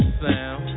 sound